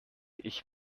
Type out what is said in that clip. ich